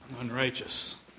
Unrighteous